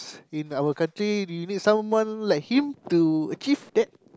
in our country we need someone like him to achieve that